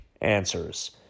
answers